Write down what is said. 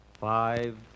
Five